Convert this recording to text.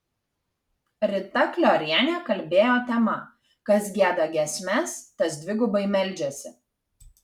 rita kliorienė kalbėjo tema kas gieda giesmes tas dvigubai meldžiasi